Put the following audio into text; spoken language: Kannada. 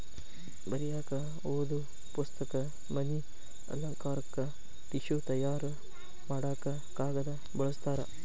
ಬರಿಯಾಕ ಓದು ಪುಸ್ತಕ, ಮನಿ ಅಲಂಕಾರಕ್ಕ ಟಿಷ್ಯು ತಯಾರ ಮಾಡಾಕ ಕಾಗದಾ ಬಳಸ್ತಾರ